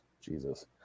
Jesus